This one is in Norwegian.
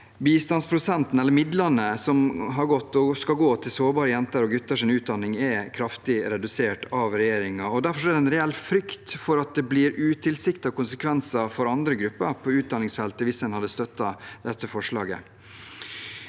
som har gått og skal gå til sårbare jenters og gutters utdanning, er kraftig redusert av regjeringen. Derfor er det en reell frykt for at det får utilsiktede konsekvenser for andre grupper på utdanningsfeltet hvis en hadde støttet dette forslaget.